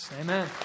Amen